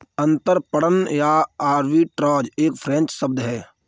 अंतरपणन या आर्बिट्राज एक फ्रेंच शब्द है